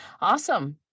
Awesome